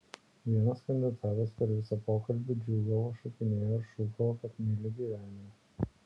vienas kandidatas per visą pokalbį džiūgavo šokinėjo ir šūkavo kad myli gyvenimą